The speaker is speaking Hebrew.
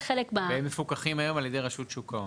והם מפוקחים היום על ידי רשות שוק ההון.